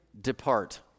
depart